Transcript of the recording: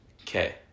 okay